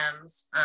M's